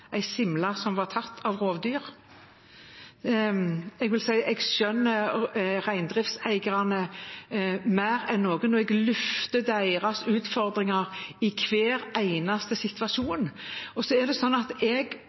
som var tatt av rovdyr. Jeg vil si at jeg skjønner reindriftseierne mer enn noen, og jeg løfter deres utfordringer i hver eneste